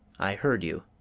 i heard you